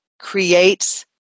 creates